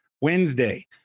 Wednesday